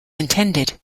intended